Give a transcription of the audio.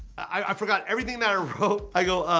i forgot everything that i wrote. i go,